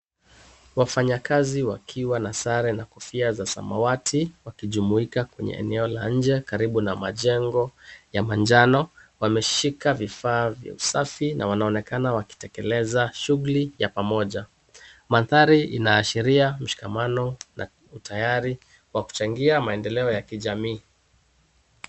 Wafanyakazi wakiwa na sare na kofia za samawati wakijumuika kwenye eneo la nje karibu na majengo ya manjano. Wameshika vifaa vya usafi na wanaonekana wakitekeleza shughuli ya pamoja. Maandhari inaashiria mshikamano na utayari wa kuchangia maendeleo ya kijamii.